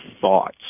thoughts